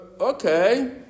okay